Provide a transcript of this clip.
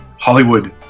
Hollywood